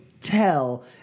tell